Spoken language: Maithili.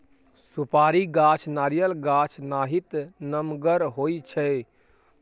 सुपारी गाछ नारियल गाछ नाहित नमगर होइ छइ